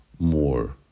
more